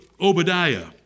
Obadiah